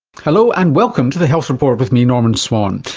hello, and welcome to the health report with me, norman swan.